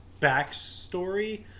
backstory